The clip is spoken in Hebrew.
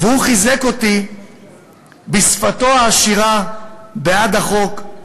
והוא חיזק אותי בשפתו העשירה בעד החוק.